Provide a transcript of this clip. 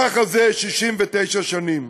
ככה זה 69 שנים,